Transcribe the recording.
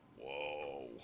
Whoa